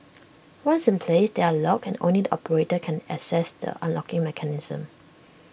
once in place they are locked and only the operator can access the unlocking mechanism